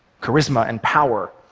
charisma and power,